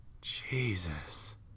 Jesus